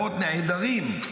"נעדרים"